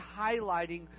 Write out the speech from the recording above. highlighting